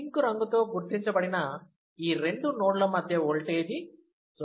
pink రంగుతో గుర్తించబడిన ఈ రెండు నోడ్ మధ్య ఓల్టేజీ 0